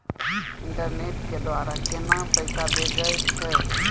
Internet के द्वारा केना पैसा भेजय छै?